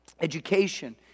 education